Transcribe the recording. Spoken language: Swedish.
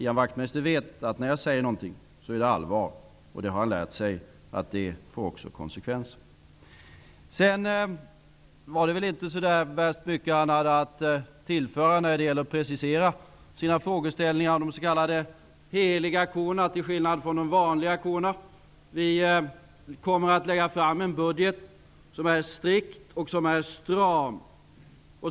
Ian Wachtmeister vet att när jag säger någonting, då är det allvar. Det har han lärt sig också får konsekvenser. Det var inte så värst mycket Ian Wachtmeister hade att tillföra när det gällde att precisera sina frågeställningar om de s.k. heliga korna, till skillnad från de vanliga korna. Vi kommer att lägga fram en budget som är strikt och som är stram.